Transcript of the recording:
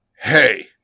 Hey